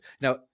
now